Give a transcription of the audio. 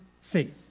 faith